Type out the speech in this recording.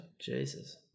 Jesus